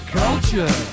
culture